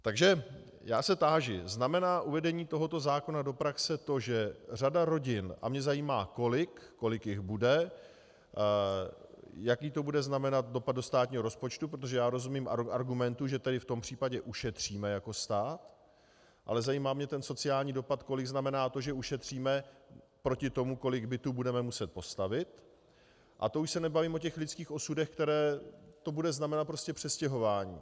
Takže já se táži: znamená uvedení tohoto zákona do praxe to, že řada rodin a mě zajímá, kolik jich bude, jaký to bude znamenat dopad do státního rozpočtu, protože já rozumím argumentu, že v tom případě ušetříme jako stát, ale zajímá mě ten sociální dopad, kolik znamená to, že ušetříme, proti tomu, kolik bytů budeme muset postavit, a to už se nebavím o těch lidských osudech, pro které to prostě bude znamenat přestěhování.